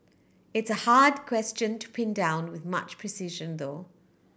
it's a hard question to pin down with much precision though